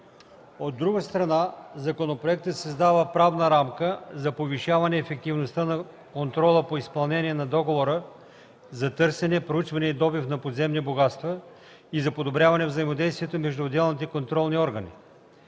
От друга страна законопроектът създава правна рамка за повишаване ефективността на контрола по изпълнение на договора за търсене, проучване и добив на подземни богатства и за подобряване взаимодействието между отделните контролни органи.